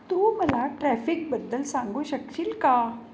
तू मला ट्रॅफिकबद्दल सांगू शकशील का